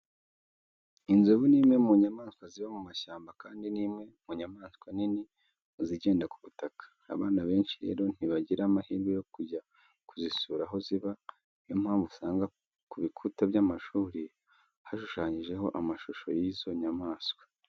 Inzovu ni imwe mu nyamaswa ziba mu mashyamba, kandi ni imwe mu nyamaswa nini mu zigenda ku butaka. Abana besnhi rero ntibagira amahirwe yo kujya kuzisura aho ziba, ni yo mpamvu usanga ku bikuta by'amashuri hashushanijeho amashusho y'izo nyamaswa.